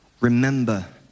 remember